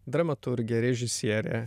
dramaturgė režisierė